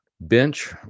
Bench